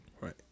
Right